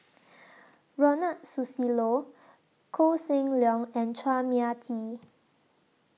Ronald Susilo Koh Seng Leong and Chua Mia Tee